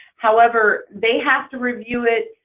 however they have to review it,